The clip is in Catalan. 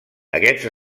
aquests